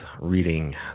reading